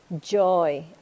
joy